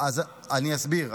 אני אסביר.